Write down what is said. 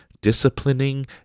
disciplining